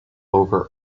over